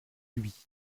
lui